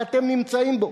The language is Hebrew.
ואתם נמצאים בו.